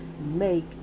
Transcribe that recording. make